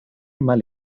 mal